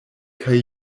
kaj